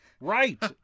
right